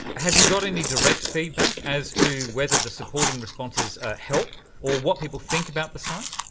have you got any direct feedback as to whether the supporting responses help or what people think about the site?